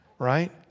right